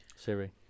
siri